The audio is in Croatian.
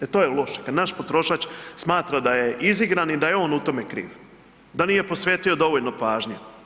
E to je loše, kad naš potrošač smatra da je izigran i da je on u tome kriv, da nije posvetio dovoljno pažnje.